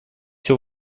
все